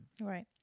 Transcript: Right